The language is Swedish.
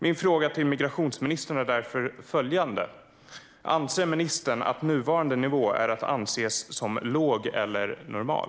Min fråga till migrationsministern är därför följande: Anser ministern att nuvarande nivå är att anse som låg eller normal?